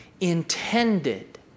intended